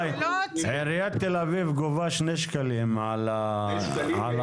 עיריית תל אביב גובה 2 שקלים על האגרה.